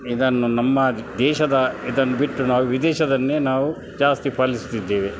ಇದನ್ನು ನಮ್ಮ ದೇಶದ ಇದನ್ನು ಬಿಟ್ಟು ನಾವು ವಿದೇಶದ್ದನ್ನೇ ನಾವು ಜಾಸ್ತಿ ಪಾಲಿಸ್ತಿದ್ದೇವೆ